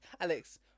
Alex